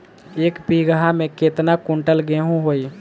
एक बीगहा में केतना कुंटल गेहूं होई?